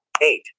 eight